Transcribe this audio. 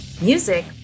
Music